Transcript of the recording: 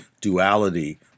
duality